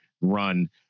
Run